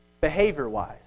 behavior-wise